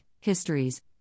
histories